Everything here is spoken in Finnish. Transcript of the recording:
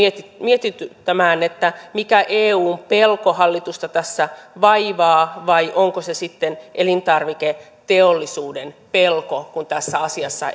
mietityttämään mikä eun pelko hallitusta tässä vaivaa vai onko se sitten elintarviketeollisuuden pelko kun tässä asiassa